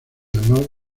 honor